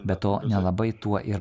be to nelabai tuo ir